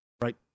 Right